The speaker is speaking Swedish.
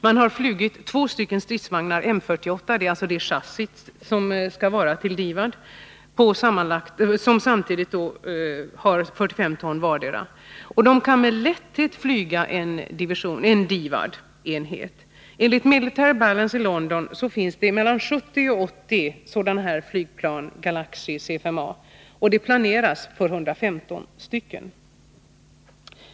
Man har med den flugit två stridsvagnar M-48 — det är chassiet till DIVAD — på 45 ton vardera. Flygplanet kan med lätthet flyga en DIVAD-enhet. Enligt Military Balance i London finns det mellan 70 och 80 flygplan C-SA Galaxy, och det planeras för 115.